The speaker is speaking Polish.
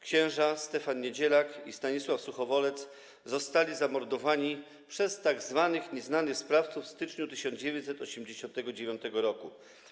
Księża Stefan Niedzielak i Stanisław Suchowolec zostali zamordowani przez tzw. nieznanych sprawców w styczniu 1989 r.